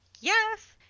Yes